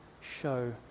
show